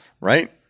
Right